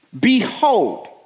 Behold